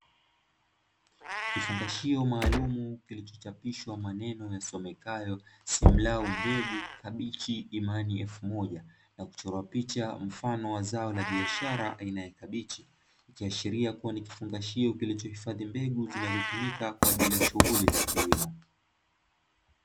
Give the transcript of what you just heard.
Kifungashio maalumu kilichochapishwa maneno yasomekayo "SIMLAW mbegu kabichi Imani elfu moja", na kuchorwa picha mfano wa zao la biashara aina ya kabichi, ikiashiria kuwa ni kifungashio kilichohifadhi mbegu zinazotumika kwaajili ya shughuli za kilimo.